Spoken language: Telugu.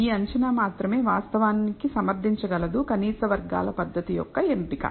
ఈ అంచనా మాత్రమే వాస్తవానికి సమర్థించగలదు కనీస వర్గాల పద్ధతి యొక్క ఎంపిక